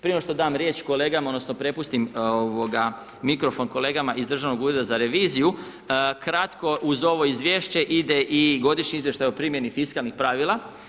Prije nego što dam riječ kolegama, odnosno prepustim mikrofon kolegama iz Državnog ureda za reviziju kratko uz ovo izvješće ide i godišnji izvještaj o primjeni fiskalnih pravila.